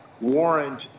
warrant